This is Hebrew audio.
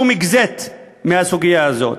שום exit מהסוגיה הזאת.